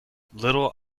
little